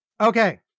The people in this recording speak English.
Okay